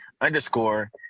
underscore